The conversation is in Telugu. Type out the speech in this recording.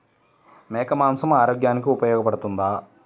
మేక మాంసం ఆరోగ్యానికి ఉపయోగపడుతుందా?